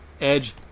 Edge